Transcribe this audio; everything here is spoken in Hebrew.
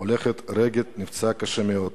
הולכת רגל נפצעה קשה מאוד,